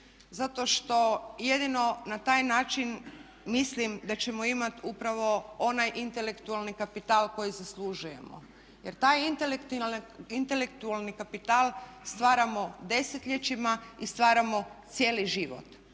zato što jedino na taj način mislim da ćemo imati upravo onaj intelektualni kapital koji zaslužujemo. Jer taj intelektualni kapital stvaramo desetljećima i stvaramo cijeli život.